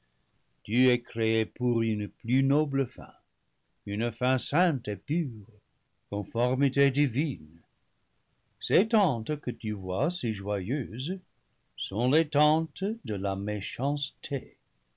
tu es créé pour une plus noble fin une fin sainte et pure conformité divine ces tentes que tu vois si joyeuses sont les tentes de la